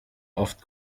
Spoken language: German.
oft